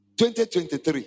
2023